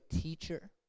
teacher